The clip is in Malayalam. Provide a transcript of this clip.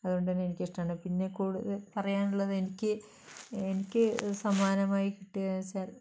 അതുകൊണ്ടുതന്നെ ഇഷ്ടമാണ് പിന്നെ കൂടുതൽ പറയാനുള്ളത് എനിക്ക് എനിക്ക് സമ്മാനമായി കിട്ടിയത് വച്ചാൽ